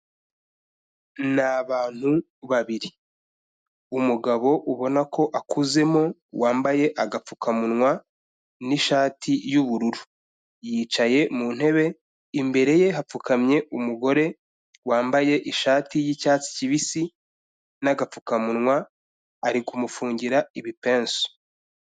Ni abantu babiri. Umugabo ubona ko akuzemo wambaye agapfukamunwa n'ishati y'ubururu. Yicaye mu ntebe, imbere ye hapfukamye umugore wambaye ishati y'icyatsi kibisi n'agapfukamunwa, ari kumufungira ibipesu.